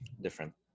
different